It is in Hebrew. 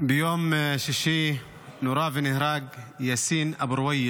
ביום שישי נורה ונהרג יאסין אבו רויס